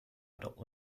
adult